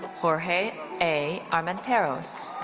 jorge a. armenteros.